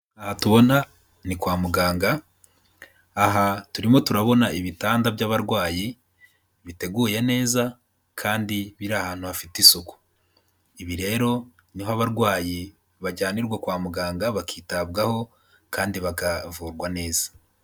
Aha tubona ni kwa muganga, aha turimo turabona ibitanda by'abarwayi biteguye neza, kandi biri ahantu hafite isuku, ibi rero niho abarwayi bajyanirwa kwa muganga, bakitabwaho kandi bakavurwa neza.